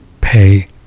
pay